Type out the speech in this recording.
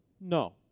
No